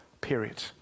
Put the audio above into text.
Period